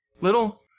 little